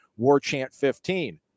WarChant15